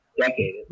decade